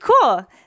cool